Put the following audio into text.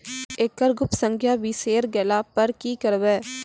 एकरऽ गुप्त संख्या बिसैर गेला पर की करवै?